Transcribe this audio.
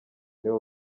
nibo